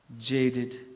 jaded